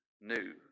new